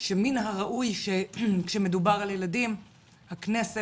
שמן הראוי שכאשר מדובר על ילדים הכנסת,